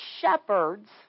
shepherds